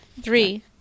Three